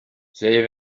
they